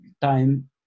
time